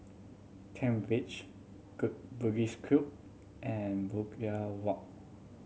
Kent Ridge Bugis Cube and Brookvale Walk